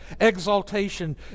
exaltation